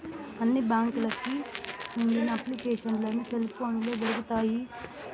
అన్ని బ్యాంకులకి సెందిన అప్లికేషన్లు సెల్ పోనులో దొరుకుతాయి